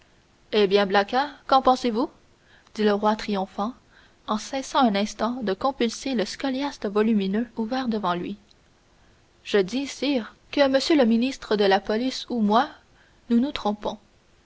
eh bien blacas qu'en pensez-vous dit le roi triomphant en cessant un instant de compulser le scoliaste volumineux ouvert devant lui je dis sire que m le ministre de la police ou moi nous nous trompons